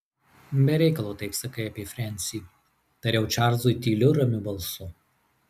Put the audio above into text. be reikalo taip sakai apie frensį tariau čarlzui tyliu ramiu balsu